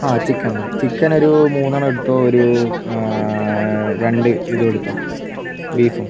ആ ചിക്കൻ മതി ചിക്കൻ ഒരു മൂന്നെണ്ണം എടുത്തോ ഒരു രണ്ട് ഇതും എടുത്തോ ബീഫും